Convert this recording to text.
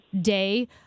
day